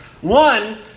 One